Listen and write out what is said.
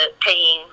paying